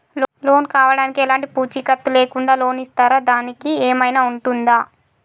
Loan కావడానికి ఎలాంటి పూచీకత్తు లేకుండా లోన్ ఇస్తారా దానికి ఏమైనా ఉంటుందా?